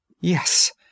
Yes